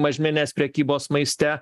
mažmenes prekybos maiste